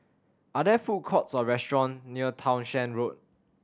are there food courts or restaurant near Townshend Road